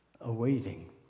awaiting